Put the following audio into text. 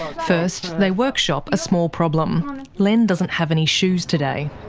first they workshop a small problem len doesn't have any shoes today.